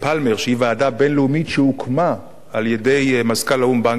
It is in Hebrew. שהיא ועדה בין-לאומית שהוקמה על-ידי מזכ"ל האו"ם באן קי-מון,